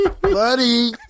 Buddy